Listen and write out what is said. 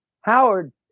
Howard